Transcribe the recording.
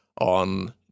on